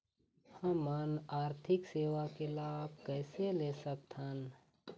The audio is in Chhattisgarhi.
हमन आरथिक सेवा के लाभ कैसे ले सकथन?